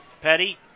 Petty